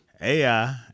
AI